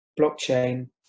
blockchain